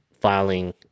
filing